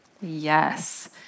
Yes